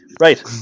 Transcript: Right